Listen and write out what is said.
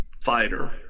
fighter